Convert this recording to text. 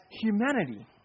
humanity